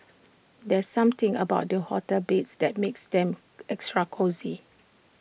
there's something about the hotel beds that makes them extra cosy